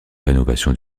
rénovation